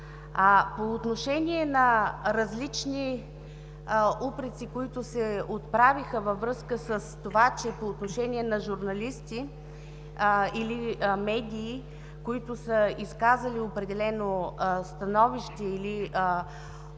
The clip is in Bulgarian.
По отношение на различни упреци, които се отправиха във връзка с това, че по отношение на журналисти или медии, които са изказали определено становище или определени